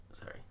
Sorry